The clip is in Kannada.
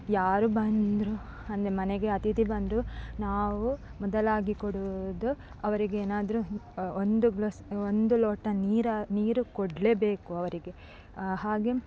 ಯಾರು ಬಂದರು ಅಂದರೆ ಮನೆಗೆ ಅಥಿತಿ ಬಂದರು ನಾವು ಮೊದಲಾಗಿ ಕೊಡುವುದು ಅವರಿಗೇನಾದ್ರೂ ಒಂದು ಗ್ಲಾಸ್ ಒಂದು ಲೋಟ ನೀರು ನೀರು ಕೊಡಲೇಬೇಕು ಅವರಿಗೆ ಹಾಗೇ